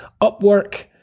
Upwork